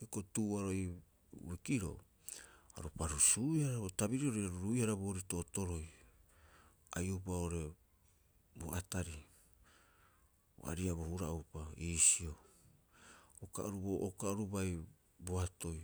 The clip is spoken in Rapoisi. Hioko'i tu'uoaroha ii uikiroo aru parusuuihara, bo tabirirori aru ruihara boorii tootooroi ai'o'upa oo'ore bo atari bo ariabu hura'upa iisio, uka oru bo, uka oru bai boatoi.